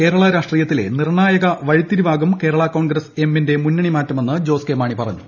കേരള രാീഷ്ട്ര്ട്രീയത്തിലെ നിർണ്ണായക വഴിത്തിരിവാകും കേരള കോൺൺസ്സ് എമ്മിന്റെ മുന്നണി മാറ്റമെന്ന് ജോസ് കെ മാണി പ്റ്റുണ്ടു